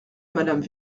madame